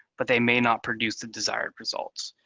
but they may not produce the desired results.